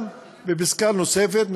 בפסקה נוספת,